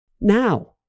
now